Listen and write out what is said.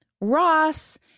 Ross